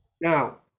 Now